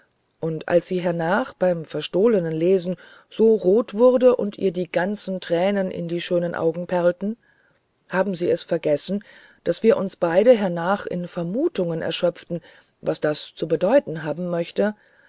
und als sie hernach beim verstohlnen lesen so rot wurde und ihr die großen tränen in den schönen augen perlten haben sie es vergessen daß wir uns beide hernach in vermutungen erschöpften was das zu bedeuten haben möchte